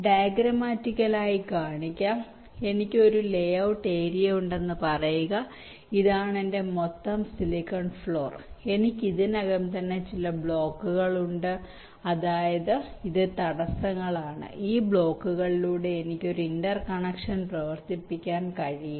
ഡയഗ്രാമാറ്റിക്കലായി കാണിക്കാം എന്ന് പറയട്ടെ എനിക്ക് ഒരു ലേഔട്ട് ഏരിയയുണ്ടെന്ന് പറയുക ഇതാണ് എന്റെ മൊത്തം സിലിക്കൺ ഫ്ലോർ എനിക്ക് ഇതിനകം തന്നെ ചില ബ്ലോക്കുകൾ ഉണ്ട് അതായത് ഇത് തടസ്സങ്ങളാണ് ഈ ബ്ലോക്കുകളിലൂടെ എനിക്ക് ഒരു ഇന്റർ കണക്ഷൻ പ്രവർത്തിപ്പിക്കാൻ കഴിയില്ല